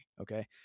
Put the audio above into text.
okay